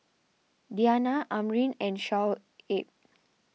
Diyana Amrin and Shoaib